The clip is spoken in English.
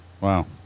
Wow